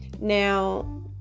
Now